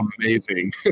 amazing